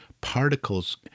Particles